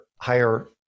higher